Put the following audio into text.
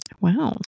Wow